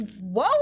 whoa